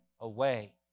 away